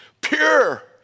Pure